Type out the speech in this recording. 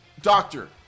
Doctor